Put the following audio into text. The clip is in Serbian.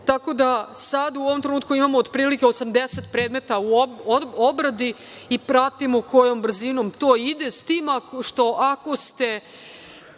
ovde. Tako da, u ovom trenutku imamo otprilike 80 predmeta u obradi i pratimo kojom brzinom to ide, s tim što, ako ste